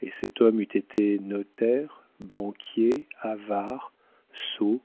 et cet homme eût été notaire banquier avare sot